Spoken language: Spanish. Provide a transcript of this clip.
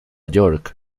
york